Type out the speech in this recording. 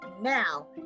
now